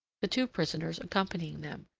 the two prisoners accompanying them,